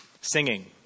Singing